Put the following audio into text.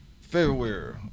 February